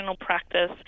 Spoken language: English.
practice